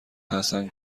حسن